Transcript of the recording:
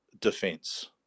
defense